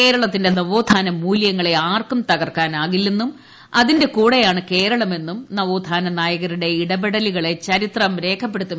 കേരളത്തിന്റെ നവോത്ഥാന മൂല്യങ്ങളെ ആർക്കും തകർക്കാനാകില്ലെന്നും അതിന്റെ കൂടെയാണ് കേരളമെന്നും നവോത്ഥാന നായകരുടെ ഇടപെടലുകളെ ചരിത്രം രേഖപ്പെടുത്തുമെന്നും മുഖ്യമന്ത്രി പറഞ്ഞു